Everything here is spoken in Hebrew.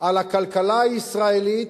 על הכלכלה הישראלית,